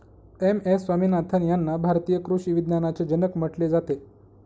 M S Swaminathan यांना भारतीय कृषी विज्ञानाचे जनक म्हटले जाते